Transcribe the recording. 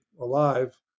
alive